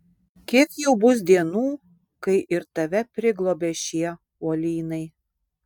kiek jau bus dienų kai ir tave priglobė šie uolynai